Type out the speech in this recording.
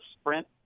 sprint